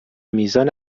میزان